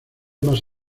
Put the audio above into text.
más